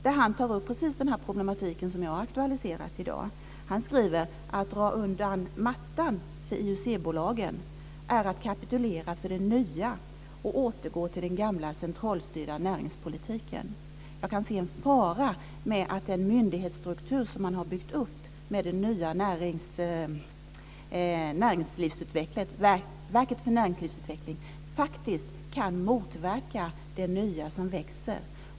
Där tar han upp precis samma problematik som jag har aktualiserat i dag. Han skriver: Att dra undan mattan för IUC-bolagen är att kapitulera för det nya och återgå till den gamla centralstyrda näringspolitiken. Jag kan se en fara med att den myndighetsstruktur som man har byggt upp med det nya verket för näringslivsutveckling faktiskt kan motverka det nya som växer.